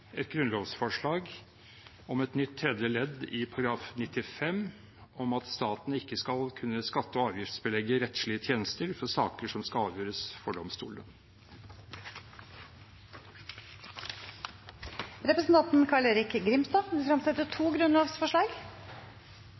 et grunnlovsforslag om et nytt tredje ledd i § 95, om at staten ikke skal kunne skatte- og avgiftsbelegge rettslige tjenester for saker som skal avgjøres av domstolene. Representanten Carl-Erik Grimstad vil fremsette to grunnlovsforslag.